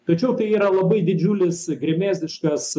tačiau tai yra labai didžiulis gremėzdiškas